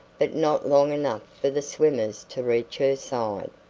but not long enough for the swimmers to reach her side.